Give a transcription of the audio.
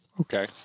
Okay